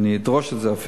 ואני אפילו אדרוש את זה,